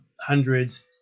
hundreds